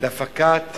הפקת לקחים,